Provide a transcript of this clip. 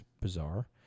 bizarre